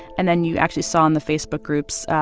and then you actually saw, in the facebook groups,